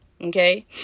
Okay